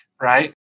right